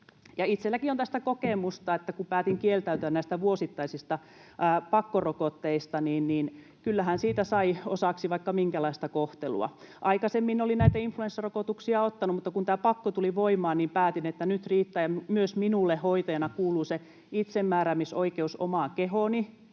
Itsellänikin on tästä kokemusta, että kun päätin kieltäytyä näistä vuosittaisista pakkorokotteista, niin kyllähän siitä sai osaksi vaikka minkälaista kohtelua. Aikaisemmin olin näitä influenssarokotuksia ottanut, mutta kun tämä pakko tuli voimaan, niin päätin, että nyt riittää ja myös minulle hoitajana kuuluu se itsemääräämisoikeus omaan kehooni,